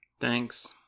thanks